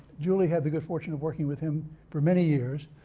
julie had the good fortune of working with him for many years.